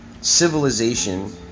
civilization